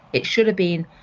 it should have been.